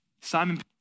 Simon